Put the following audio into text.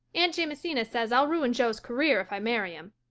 aunt jamesina says i'll ruin jo's career if i marry him.